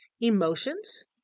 emotions